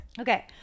Okay